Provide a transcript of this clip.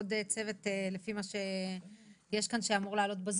עוד חברי צוות שאמורים לעלות בזום,